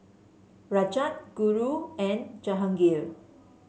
Rajat Guru and Jahangir